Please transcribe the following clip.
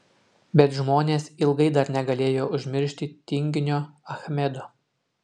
bet žmonės ilgai dar negalėjo užmiršti tinginio achmedo